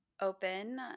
open